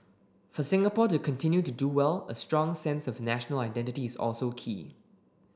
for Singapore to continue to do well a strong sense of national identity is also key